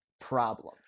problem